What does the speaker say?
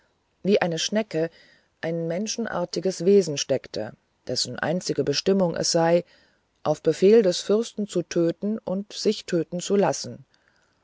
wie eine schnecke ein menschenartiges wesen stecke dessen einzige bestimmung es sei auf befehl des fürsten zu töten und sich töten zu lassen